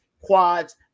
quads